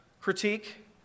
critique